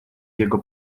jego